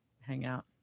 hangout